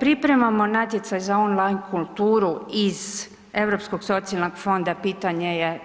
Pripremamo natječaj za online kulturu iz Europskog socijalnog fonda, pitanje je